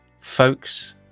folks